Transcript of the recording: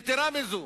יתירה מזאת,